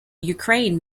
ukraine